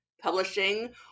publishing